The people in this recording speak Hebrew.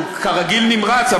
הוא כרגיל נמרץ,